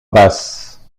basse